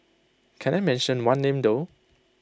can I mention one name though